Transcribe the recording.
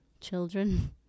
children